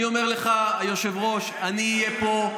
אני אומר לך, היושב-ראש, אני אהיה פה,